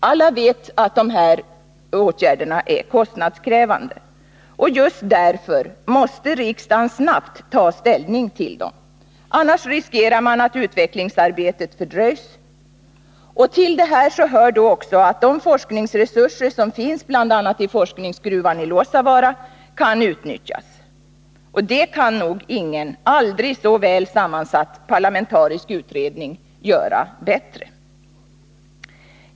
Alla vet att de här åtgärderna är kostnadskrävande. Och just därför måste riksdagen snabbt ta ställning till dem. Annars riskerar man att utvecklingsarbetet fördröjs. Till detta hör också att de forskningsresurser som finns bl.a. i forskningsgruvan i Luossavaara kan utnyttjas. Det kan nog ingen aldrig så väl sammansatt parlamentarisk utredning göra bättre.